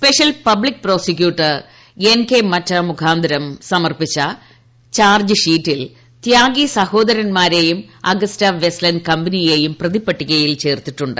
special public prosecutor N K Matta മുഖാന്തരം സമർപ്പിച്ച ചാർജ്ഷീറ്റിൽ ത്യാഗി സഹോദരന്മാരേയും അഗസ്റ്റവെസ്റ്റ്ലൻഡ് കമ്പനിയേയും പ്രതിപ്പട്ടികയിൽ ചേർത്തിട്ടുണ്ട്